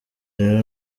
rero